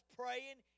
praying